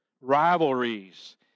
rivalries